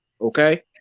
okay